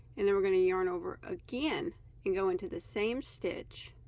and then we're going to yarn over again and go into the same stitch